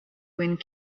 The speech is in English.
wind